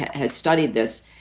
has studied this.